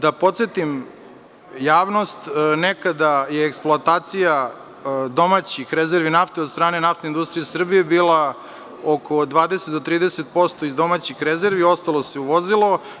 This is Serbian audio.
Da podsetim javnost, nekada je eksploatacija domaćih rezervi nafte od strane NIS bila oko 20 do 30% iz domaćih rezervi, a ostalo se uvozilo.